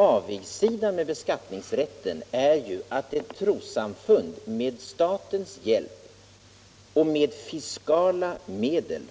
Avigsidan med beskattningsrätten är ju att ett trossamfund med statens hjälp och med fiskala medel